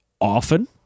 often